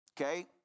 Okay